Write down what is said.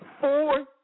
four